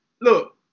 Look